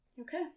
Okay